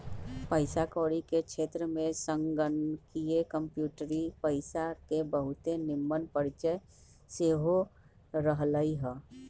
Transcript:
पइसा कौरी के क्षेत्र में संगणकीय कंप्यूटरी पइसा के बहुते निम्मन परिचय सेहो रहलइ ह